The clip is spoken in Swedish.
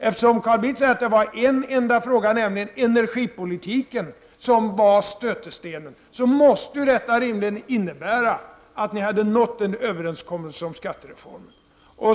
Eftersom Carl Bildt säger att det var en enda fråga, nämligen energipolitiken, som var stötestenen, måste detta rimligen innebära att ni hade nått en överenskommelse om skattereformen.